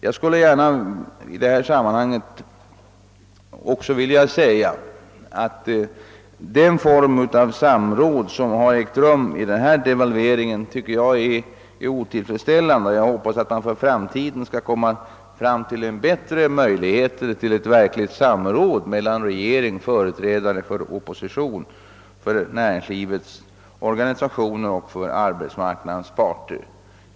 Jag skulle i detta sammanhang också gärna vilja säga att den form av samråd som ägt rum i denna devalveringsfråga är otillfredsställande. Jag hoppas att man för framtiden skall finna bättre möjligheter till ett verkligt samråd mellan regeringen och företrädare för oppositionen, näringslivets organisationer och arbetsmarknadens parter.